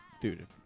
dude